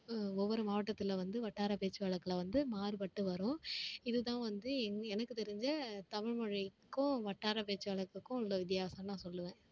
ஒவ்வொரு மாவட்டத்தில் வந்து வட்டார பேச்சு வழக்கில் வந்து மாறுபட்டு வரும் இது தான் வந்து எங் எனக்கு தெரிஞ்ச தமிழ் மொழிக்கும் வட்டார பேச்சாளருக்கும் உள்ள வித்தியாசம்னு நான் சொல்லுவேன்